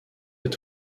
est